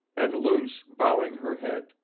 and luce, bowing her head,